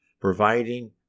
providing